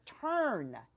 turn